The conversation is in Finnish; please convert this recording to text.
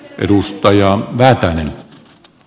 arvoisa puhemies